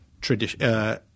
tradition